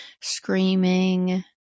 screaming